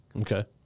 okay